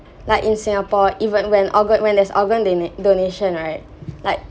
like in singapore even when organ when there's organ dona~ donation right like